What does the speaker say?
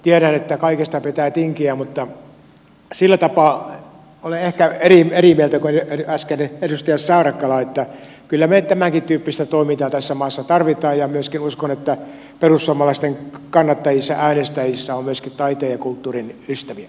tiedän että kaikesta pitää tinkiä mutta sillä tapaa olen ehkä eri mieltä kuin äskeinen edustaja saarakkala että kyllä me tämänkin tyyppistä toimintaa tässä maassa tarvitsemme ja myöskin uskon että perussuomalaisten kannattajissa äänestäjissä on myöskin taiteen ja kulttuurin ystäviä